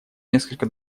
несколько